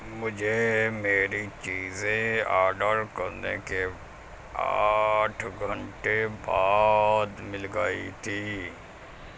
مجھے میری چیزیں آرڈر کرنے کے آٹھ گھنٹے بعد مل گئی تھی